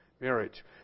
marriage